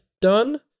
done